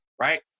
right